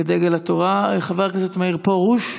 ודגל התורה, חבר הכנסת מאיר פרוש.